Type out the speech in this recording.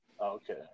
okay